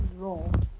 raw